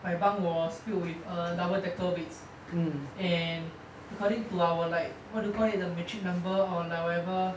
my bunk was filled with err double-decker beds and according to our like what do you call it the metric number or like whatever